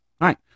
right